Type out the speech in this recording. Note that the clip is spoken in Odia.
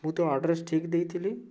ମୁଁ ତ ଆଡ୍ରେସ୍ ଠିକ୍ ଦେଇଥିଲି